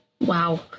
Wow